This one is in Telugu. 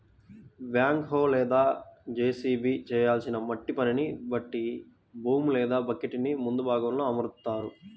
బ్యాక్ హో లేదా జేసిబి చేయాల్సిన మట్టి పనిని బట్టి బూమ్ లేదా బకెట్టుని ముందు భాగంలో అమరుత్తారు